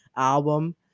album